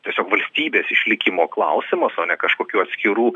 tiesiog valstybės išlikimo klausimas o ne kažkokių atskirų